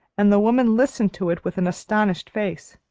and the woman listened to it with an astonished face.